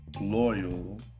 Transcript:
Loyal